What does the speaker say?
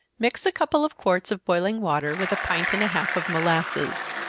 mix a couple of quarts of boiling water with a pint and a half of molasses.